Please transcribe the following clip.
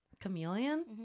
Chameleon